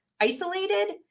isolated